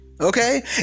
okay